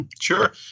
Sure